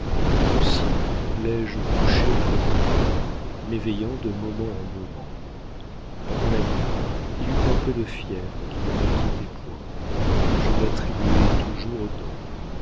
aussi l'ai-je couché près de moi m'éveillant de moment en moment pendant la nuit il eut un peu de fièvre qui ne m'inquiétait point je l'attribuais toujours aux dents